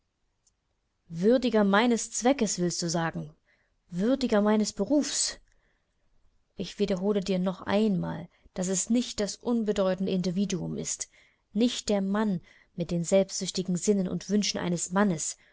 würdiger meines zweckes willst du sagen würdiger meines berufs ich wiederhole dir noch einmal daß es nicht das unbedeutende individuum ist nicht der mann mit den selbstsüchtigen sinnen und wünschen eines mannes